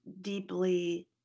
deeply